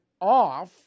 off